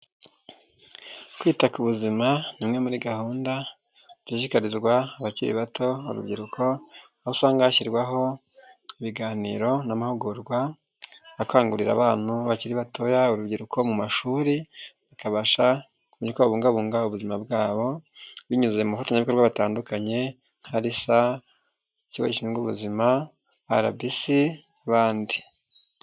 Kwita ku buzima ni imwe muri gahunda zishishikarizwa abakiri bato urubyiruko aho usanga hashyirwaho ibiganiro n'amahugurwa akangurira abana bakiri batoya urubyiruko mu mashuri bakabasha kubungabunga ubuzima bwabo binyuze mu bafatanyabikorwa batandukanye nka risa ikigo gishinzwe ubuzima rbc n'abandi.